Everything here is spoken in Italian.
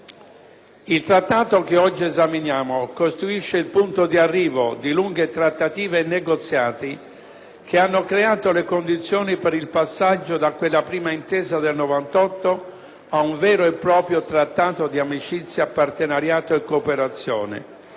Il Trattato che oggi esaminiamo costituisce il punto di arrivo di lunghe trattative e negoziati che hanno creato le condizioni per il passaggio da quella prima intesa del 1998 ad un vero e proprio Trattato di amicizia, partenariato e cooperazione.